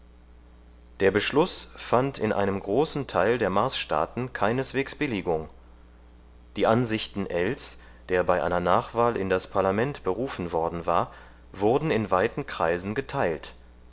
der beschluß fand in einem großen teil der marsstaaten keineswegs billigung die ansichten ells der bei einer nachwahl in das parlament berufen worden war wurden in weiten kreisen geteilt